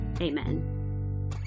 amen